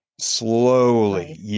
Slowly